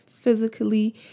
physically